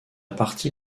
partie